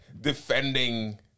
defending